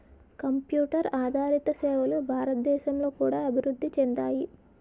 computer ఆదారిత సేవలు భారతదేశంలో కూడా అభివృద్ధి చెందాయి